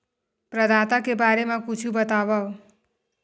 प्रदाता के बारे मा कुछु बतावव?